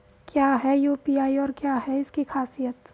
क्या है यू.पी.आई और क्या है इसकी खासियत?